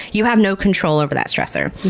you have no control over that stressor,